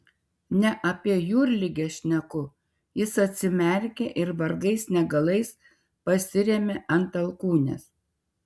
ne apie jūrligę šneku jis atsimerkė ir vargais negalais pasirėmė ant alkūnės